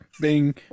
bing